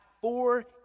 four